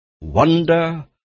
wonder